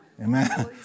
Amen